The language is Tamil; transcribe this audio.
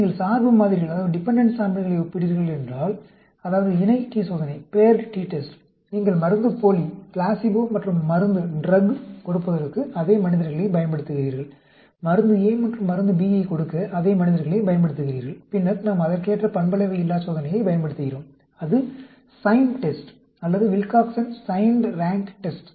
நீங்கள் சார்பு மாதிரிகளை ஒப்பிடுகிறீர்கள் என்றால் அதாவது இணை t சோதனை நீங்கள் மருந்துப்போலி மற்றும் மருந்தைக் கொடுப்பதற்கு அதே மனிதர்களைப் பயன்படுத்துகிறீர்கள் மருந்து a மற்றும் மருந்து b யைக் கொடுக்க அதே மனிதர்களைப் பயன்படுத்துகிறீர்கள் பின்னர் நாம் அதற்கேற்ற பண்பளவையில்லாச் சோதனையைப் பயன்படுத்துகிறோம் அது சைன் டெஸ்ட் அல்லது வில்காக்சன் சைன்ட் ரான்க் டெஸ்ட்